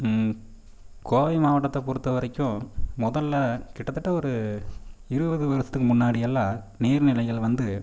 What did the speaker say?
கோவை மாவட்டத்தை பொறுத்த வரைக்கும் முதல்ல கிட்டத்தட்ட ஒரு இருபது வருஷத்துக்கு முன்னாடியெல்லாம் நீர்நிலைகள் வந்து